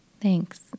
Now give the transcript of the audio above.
Thanks